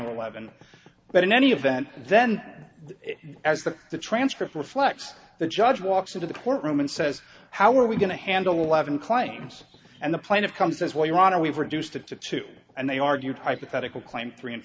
eleven but in any event then as the the transcript reflects the judge walks into the courtroom and says how are we going to handle eleven claims and the plan of comes as well your honor we've reduced it to two and they argued hypothetical claim three and